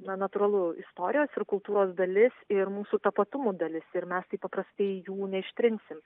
na natūralu istorijos ir kultūros dalis ir mūsų tapatumų dalis ir mes taip paprastai jų neištrinsim